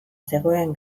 zegoen